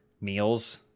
meals